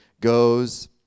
goes